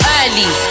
early